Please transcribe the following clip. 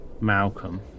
Malcolm